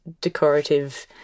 decorative